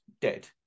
dead